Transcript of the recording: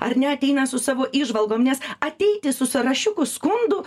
ar ne ateina su savo įžvalgom nes ateiti su sąrašiuku skundų